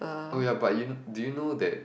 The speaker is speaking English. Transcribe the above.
oh ya but you know do you know that